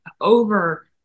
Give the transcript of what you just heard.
over